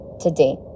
today